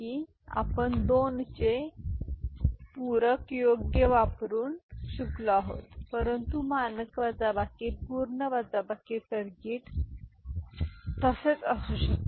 वजाबाकी आपण 2 'चे पूरक योग्य वापरुन शिकलो आहोत परंतु मानक वजाबाकी पूर्ण वजाबाकी सर्किट तसेच असू शकते